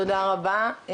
תודה רבה,